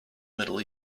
middle